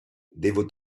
devo